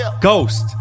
ghost